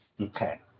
Okay